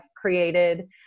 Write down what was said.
created